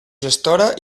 gestora